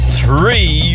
three